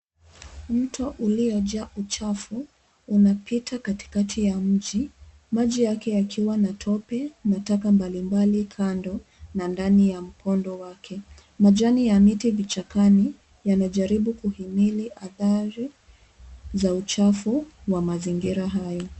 Mto uliojaa uchafu unapita katikati ya mji, maji yake yakiwa na tope na taka mbalimbali kando na ndani ya mkondo wake ,majani ya miti vichakani yanajaribu kuhimili athari za uchafu wa mazingira hayo.